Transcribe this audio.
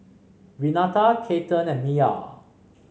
Renata Cathern and Miya